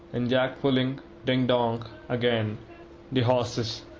and jack pulling ding-dong again' the horses.